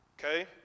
Okay